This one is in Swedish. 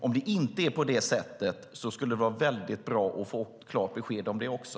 Om det inte är på det sättet skulle det vara väldigt bra att få ett klart besked om det också.